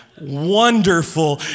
wonderful